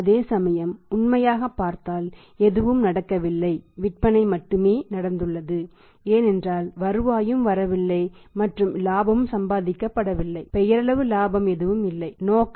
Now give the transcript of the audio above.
அதேசமயம் உண்மையாக பார்த்தால் எதுவும் நடக்கவில்லை விற்பனை மட்டுமே நடந்துள்ளது என்றால் வருவாயும் வரவில்லை மற்றும் இலாபமும் சம்பாதிக்கப்படவில்லை பெயரளவு இலாபம் எதுவும் இல்லை நோக்கமாகவும் இல்லை